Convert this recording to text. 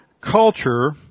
Culture